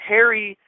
Harry